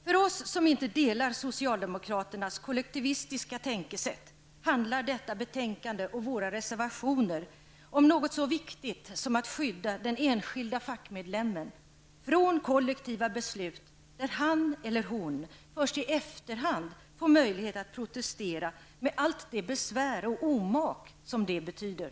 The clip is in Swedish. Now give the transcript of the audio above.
För oss som inte delar socialdemokraternas kollektivistiska tänkesätt handlar detta betänkande och våra reservationer om något så viktigt som att skydda den enskilde fackmedlemmen från kollektiva beslut där han eller hon först i efterhand får en möjlighet att protestera med allt det besvär och omak som det betyder.